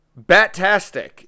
batastic